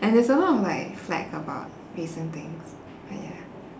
and there's a lot of like flak about recent things but ya